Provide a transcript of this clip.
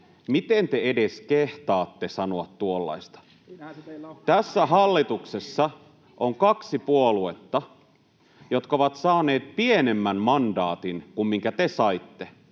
pyytää vastauspuheenvuoroa] Tässä hallituksessa on kaksi puoluetta, jotka ovat saaneet pienemmän mandaatin kuin minkä te saitte: